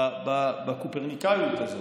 בקופרניקאיות הזאת,